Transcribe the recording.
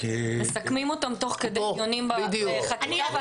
כי --- מסכמים אותם תוך כדי דיונים בחקיקה --- בדיוק,